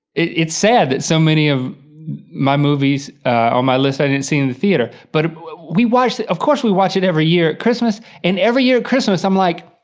it's sad that so many of my movies on my list i didn't see in the theater, but we watched it, of course we watch it every year christmas. and every year at christmas i'm like,